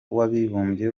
w’abibumbye